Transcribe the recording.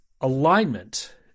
alignment